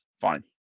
Fine